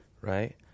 right